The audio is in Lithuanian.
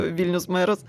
vilniaus meras